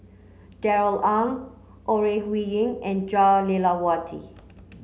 Darrell Ang Ore Huiying and Jah Lelawati